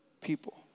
people